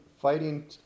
fighting